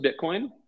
Bitcoin